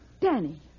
Danny